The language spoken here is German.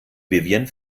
vivien